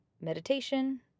meditation